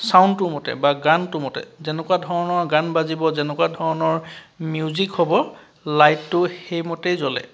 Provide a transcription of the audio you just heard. ছাউণ্ডটো মতে বা গানটো মতে যেনেকুৱা ধৰণৰ গান বাজিব যেনেকুৱা ধৰণৰ মিউজিক হ'ব লাইটটো সেই মতেই জ্বলে